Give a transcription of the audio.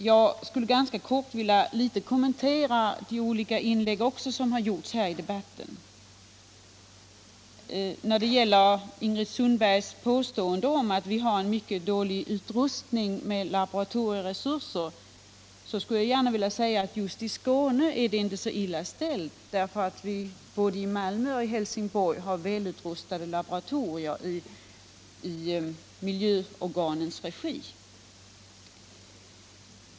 Jag vill sedan helt kort kommentera de olika inlägg som har gjorts Om giftspridningen här i debatten. När det gäller Ingrid Sundbergs påstående att vi har en i Teckomatorp, mycket dålig utrustning i laboratorierna vill jag säga att det just i Skåne m.m. inte är så illa ställt. Både i Malmö och i Helsingborg finns välutrustade laboratorier i miljöorganens regi.